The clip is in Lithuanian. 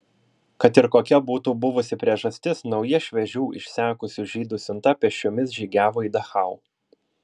kad ir kokia būtų buvusi priežastis nauja šviežių išsekusių žydų siunta pėsčiomis žygiavo į dachau